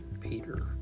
Peter